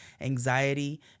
anxiety